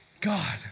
God